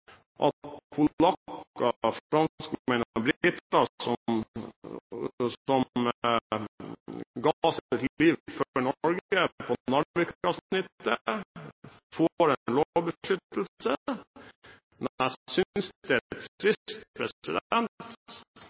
at polakker, franskmenn og briter som ga sitt liv for Norge på Narvikavsnittet, får en lovbeskyttelse, men jeg synes det er trist